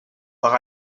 par